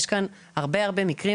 יש כאן הרבה מקרים,